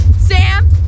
Sam